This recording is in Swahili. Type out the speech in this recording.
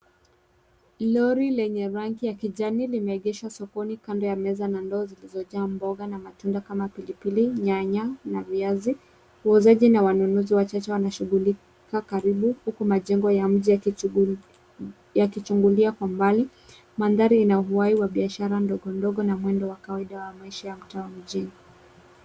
Lori lenye rangi ya kijani ,limeegeshwa sokoni, kando ya meza na ndoo zilizojaa mboga na matunda kama pilipili, nyanya na viazi. Wauzaji na wanunuzi wachache wanashughulika karibu, huku majengo ya mji yakichungulia kwa mbali, mandhari ina uhai wa biashara ndogo ndogo na mwendo wa kawaida wa maisha ya mitaa wa mjini.